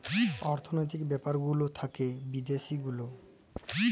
অর্থলৈতিক ব্যাপার গুলা থাক্যে বিদ্যাসি গুলা